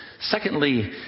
Secondly